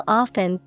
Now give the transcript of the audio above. often